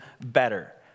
better